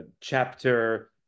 chapter